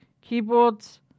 keyboards